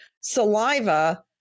saliva